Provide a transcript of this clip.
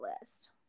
list